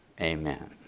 amen